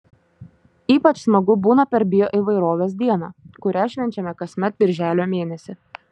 ypač smagu būna per bioįvairovės dieną kurią švenčiame kasmet birželio mėnesį